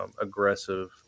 aggressive